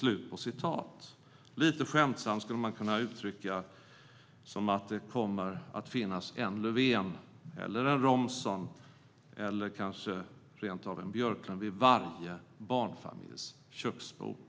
Lite skämtsamt skulle man kunna uttrycka det som att det kommer att finnas en Löfven, en Romson eller kanske rent av en Björklund vid varje barnfamiljs köksbord.